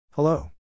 Hello